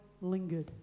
lingered